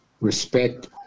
respect